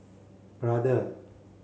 brother